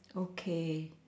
okay